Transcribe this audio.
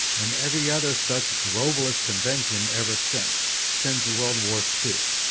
and every other such globalist convention ever since. since world war two.